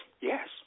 Yes